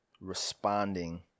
Responding